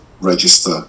register